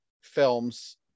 films